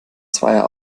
zweier